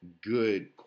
good